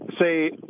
say